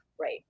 Right